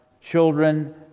children